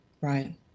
right